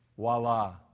Voila